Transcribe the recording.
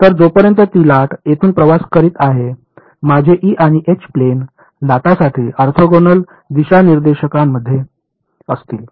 तर जोपर्यंत ती लाट येथून प्रवास करीत आहे माझे ई आणि एच प्लेन लाटासाठी ऑर्थोगोनल दिशानिर्देशांमध्ये असतील